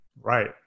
Right